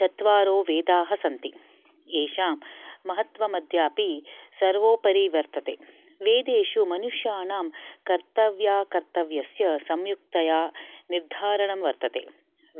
चत्वारो वेदाः सन्ति एषां महत्वम् अद्यापि सर्वोपरि वर्तते वेदेषु मनुष्याणां कर्त्तव्याकर्त्तव्यस्य सम्यक्तया निर्धारणं वर्तते